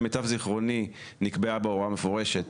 למיטב זיכרוני נקבעה הוראה מפורשת